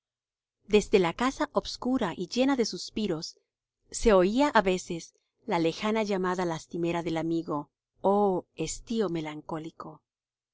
desde la casa obscura y llena de suspiros se oía á veces la lejana llamada lastimera del amigo oh estío melancólico qué